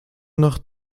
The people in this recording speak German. nach